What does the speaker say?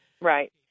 right